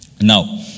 Now